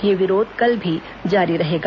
यह विरोध कल भी जारी रहेगा